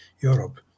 Europe